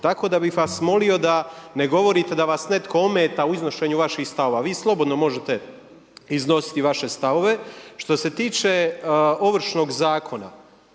Tako da bih vas molio da ne govorite da vas netko ometa u iznošenju vaših stavova. Vi slobodno možete iznositi vaše stavove. Što se tiče Ovršnog zakona